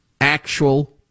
Actual